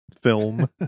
film